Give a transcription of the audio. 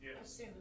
Yes